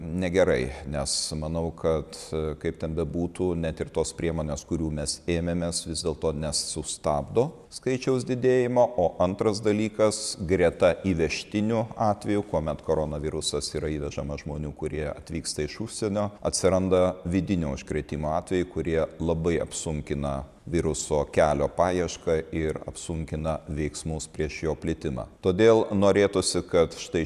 negerai nes manau kad kaip ten bebūtų net ir tos priemonės kurių mes ėmėmės vis dėlto nesustabdo skaičiaus didėjimo o antras dalykas greta įvežtinių atvejų kuomet koronavirusas yra įvežamas žmonių kurie atvyksta iš užsienio atsiranda vidinio užkrėtimo atvejai kurie labai apsunkina viruso kelio paiešką ir apsunkina veiksmus prieš jo plitimą todėl norėtųsi kad štai